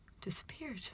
Disappeared